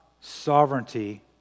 sovereignty